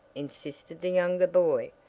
insisted the younger boy.